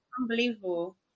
Unbelievable